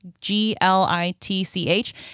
G-L-I-T-C-H